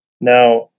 Now